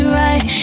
right